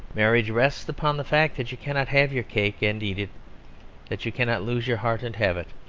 marriage rests upon the fact that you cannot have your cake and eat it that you cannot lose your heart and have it.